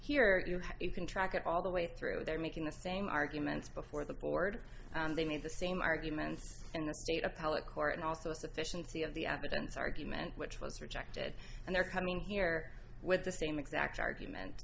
here you can track it all the way through they're making the same arguments before the board and they made the same arguments in the state appellate court and also sufficiency of the evidence argument which was rejected and they're coming here with the same exact argument